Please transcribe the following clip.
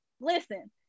listen